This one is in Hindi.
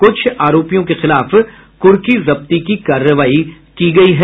कुछ आरोपियों के खिलाफ कुर्की जब्ती की कार्रवाई की गयी है